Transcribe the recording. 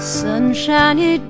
sunshiny